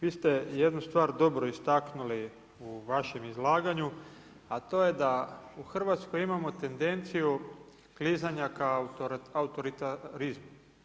Vi ste jednu stvar dobro istaknuli u vašem izlaganju, a to je da u Hrvatskoj imamo tendenciju klizanja ka autoritarizmu.